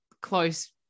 close